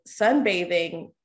sunbathing